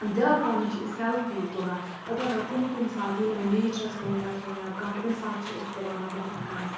زیادٕ پَہنَس چھِ أسۍ سٮ۪لفی تُلان البتہ کُنہِ کُنہِ ساتہٕ ییٚلہِ وٕ نیچرَس منٛز گژھو یا کانٛہہ تمہِ ساتہٕ چھِ أسۍ تُلان مطلب ہُتھ کَنَس